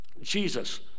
Jesus